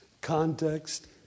context